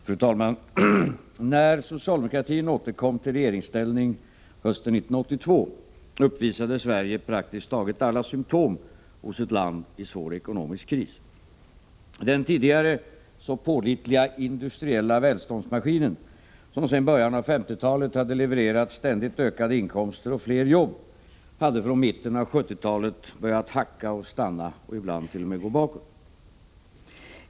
Fru talman! När socialdemokratin återkom till regeringsställning hösten 1982 uppvisade Sverige praktiskt taget alla symptom hos ett land i svår ekonomisk kris. Den tidigare så pålitliga industriella välståndsmaskinen, som sedan början av 1950-talet hade levererat ständigt ökade inkomster och fler jobb, hade från mitten av 1970-talet börjat hacka, stanna och ibland t.o.m. gå bakåt.